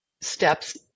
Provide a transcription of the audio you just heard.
steps